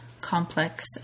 complex